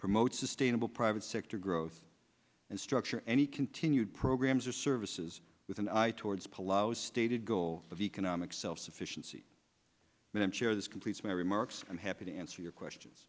promote sustainable private sector growth and structure any continued programs or services with an eye towards palau's stated goal of economic self sufficiency but i'm sure this completes my remarks i'm happy to answer your questions